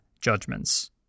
judgments